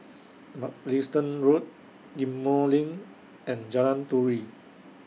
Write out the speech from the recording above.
Mugliston Road Ghim Moh LINK and Jalan Turi